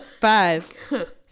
Five